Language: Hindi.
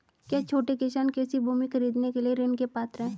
क्या छोटे किसान कृषि भूमि खरीदने के लिए ऋण के पात्र हैं?